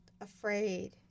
afraid